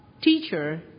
Teacher